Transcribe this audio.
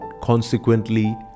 consequently